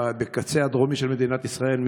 בקצה הדרומי של מדינת ישראל.